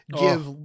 give